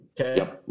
Okay